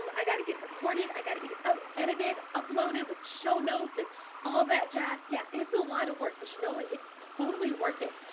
um i got to get it recorded. i gotta get it edited, uploaded with show notes and all that jazz. yeah, it's a lot of work, but you know what? it's totally worth it.